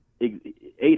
eight